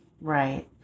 Right